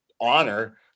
honor